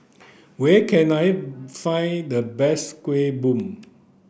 where can I find the best Kuih Bom